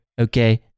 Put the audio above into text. okay